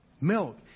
milk